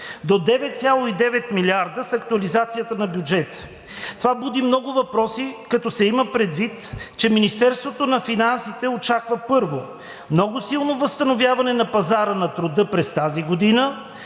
до 9,9 милиарда с актуализацията на бюджета. Това буди много въпроси, като се има предвид, че Министерството на финансите очаква, първо, много силно възстановяване на пазара на труда през тази година,